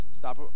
stop